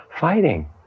fighting